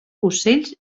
ocells